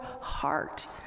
heart